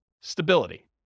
stability